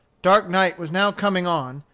dark night was now coming on,